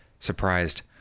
surprised